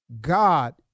God